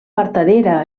vertadera